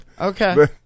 Okay